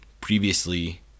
Previously